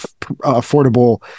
affordable